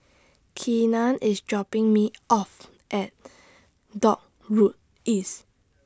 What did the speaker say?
Keenan IS dropping Me off At Dock Road East